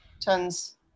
tons